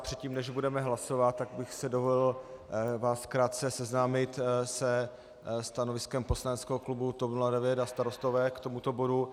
Předtím, než budeme hlasovat, tak bych si dovolil vás krátce seznámit se stanoviskem poslaneckého klubu TOP 09 a Starostové k tomuto bodu.